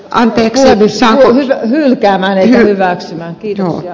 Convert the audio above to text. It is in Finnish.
anteeksi hylkää näin hyvää kirjaa ja